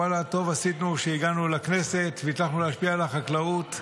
ואללה טוב עשינו שהגענו לכנסת והצלחנו להשפיע על החקלאות.